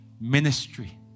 ministry